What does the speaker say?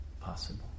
possible